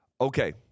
Okay